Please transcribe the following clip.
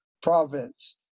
province